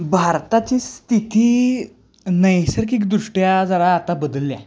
भारताची स्थिती नैसर्गिक दृष्ट्या जरा आता बदलल्या